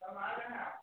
कब आ रहे है आप